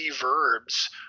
verbs